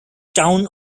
town